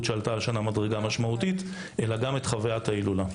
שעלתה השנה מדרגה משמעותית אלא גם את חוויית ההילולה.